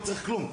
לא צריך כלום.